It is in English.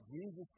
Jesus